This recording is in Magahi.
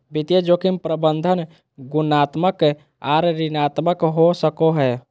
वित्तीय जोखिम प्रबंधन गुणात्मक आर मात्रात्मक हो सको हय